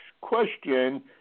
question